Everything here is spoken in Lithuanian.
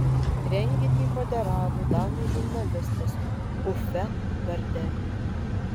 renginį moderavo danų žurnalistas uffe gardeli